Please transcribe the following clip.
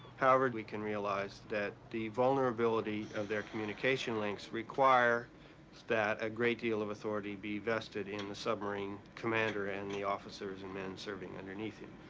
however, we can realize that the vulnerability of their communication links require that a great deal of authority be vested in the submarine commander and the officers and men serving underneath him.